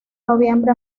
noviembre